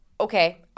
Okay